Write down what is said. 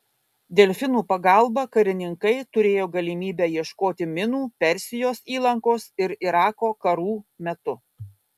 delfinų pagalba karininkai turėjo galimybę ieškoti minų persijos įlankos ir irako karų metu